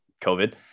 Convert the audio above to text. COVID